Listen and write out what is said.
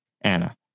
Anna